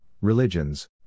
religions